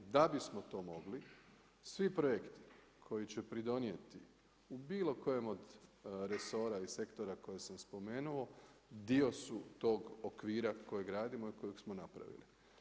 Da bismo to mogli, svi projekti koji će pridonijeti u bilo kojem od resora i sektora koje sam spomenuo, dio su tog okvira koji gradimo i kojeg smo napravili.